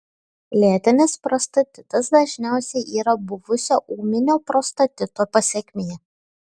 lėtinis prostatitas dažniausiai yra buvusio ūminio prostatito pasekmė